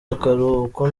akaruhuko